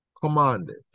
commanded